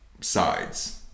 sides